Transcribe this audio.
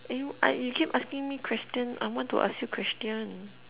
eh w~ you keep asking me question I want to ask you question